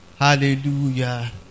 Hallelujah